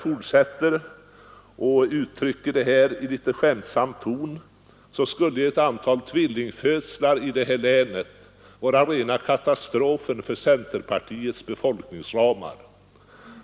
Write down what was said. Fortsätter jag att uttrycka detta i en skämtsam ton, skulle ett antal tvillingfödslar i länet vara rena katastrofen för centerpartiets befolkningsramar.